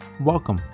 welcome